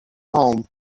home